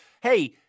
hey